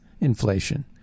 inflation